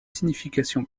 signification